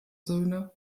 söhne